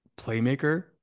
playmaker